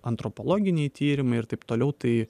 antropologiniai tyrimai ir taip toliau tai